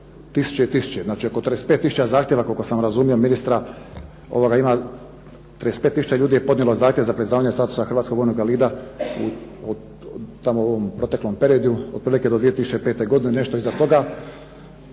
tisuće i tisuće, znači oko 35 tisuća zahtjeva, koliko sam razumio ministra, 35 tisuća ljudi je podnijelo zahtjev za priznavanje statusa hrvatskog vojnog invalida u proteklom periodu, otprilike do 2005. godine, nešto iza toga.